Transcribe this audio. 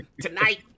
tonight